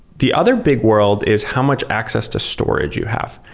the other big world is how much access to storage you have,